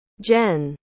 Jen